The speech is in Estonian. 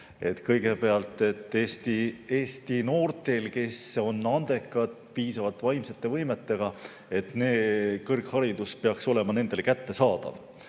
Kõigepealt, et Eesti noortele, kes on andekad, piisavalt vaimsete võimetega, peaks kõrgharidus olema kättesaadav.